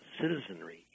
citizenry